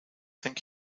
think